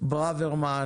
ברוורמן